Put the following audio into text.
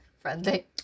Friendly